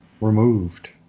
removed